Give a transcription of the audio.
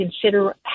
consider